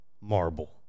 marble